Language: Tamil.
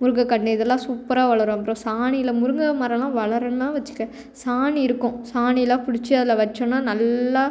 முருங்கை கண்ணு இதெல்லாம் சூப்பராக வளரும் அப்புறம் சாணியில முருங்கை மரம்லாம் வளரனு வச்சிக்கோ சாணி இருக்கும் சாணியெலாம் பிடிச்சி அதில் வச்சோன்னா நல்லா